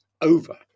over